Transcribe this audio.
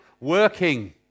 working